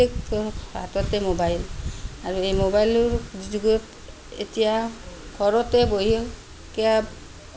প্ৰত্যেকটো হাততে মোবাইল আৰু এই মোবাইলৰ যুগত এতিয়া ঘৰতে বহি কেব